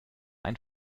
ein